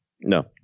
No